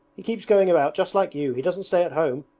he keeps going about just like you, he doesn't stay at home.